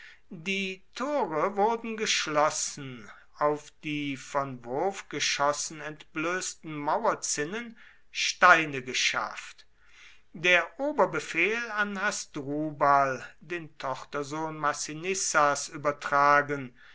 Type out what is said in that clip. die tore wurden geschlossen auf die von wurfgeschossen entblößten mauerzinnen steine geschafft der oberbefehl an hasdrubal den tochtersohn massinissas übertragen